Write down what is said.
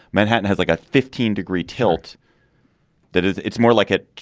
manhattan has like a fifteen degree tilt that it's it's more like it.